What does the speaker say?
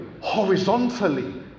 horizontally